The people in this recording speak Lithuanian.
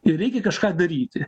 ir reikia kažką daryti